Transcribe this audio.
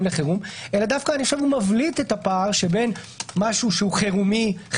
לחירום אלא דווקא הוא מבליט את הפער בין משהו חירום-חירום,